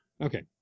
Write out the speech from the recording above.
Okay